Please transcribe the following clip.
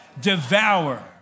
Devour